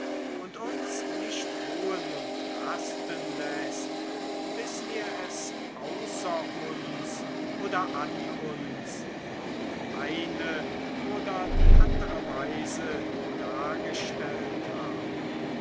und uns nicht ruhen und rasten läßt bis wir es außer uns oder an uns auf eine oder die andere weise dargestellt haben